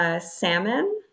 Salmon